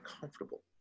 comfortable